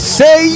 say